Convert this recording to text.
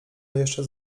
jeszcze